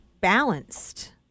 balanced